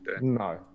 No